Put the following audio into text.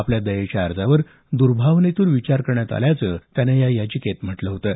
आपल्या दयेच्या अर्जावर दुर्भावनेतून विचार करण्यात आल्याचं त्यानं या याचिकेत म्हटलं होतं